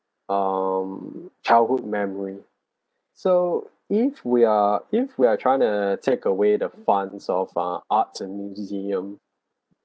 um childhood memory so if we are if we are trying to take away the funds of uh arts and museum